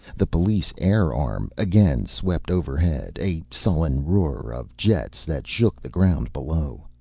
the police air arm again swept overhead, a sullen roar of jets that shook the ground below.